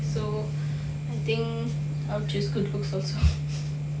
so I think I will choose good looks also